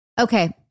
Okay